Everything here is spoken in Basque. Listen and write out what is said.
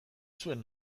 zuen